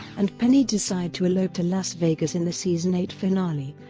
and penny decide to elope to las vegas in the season eight finale,